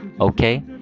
okay